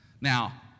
Now